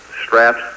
straps